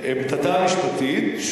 עמדתה המשפטית,